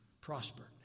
prospered